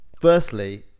firstly